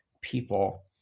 people